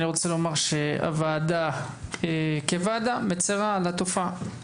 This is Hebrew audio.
אני רוצה לומר שהוועדה מצרה על התופעה הזאת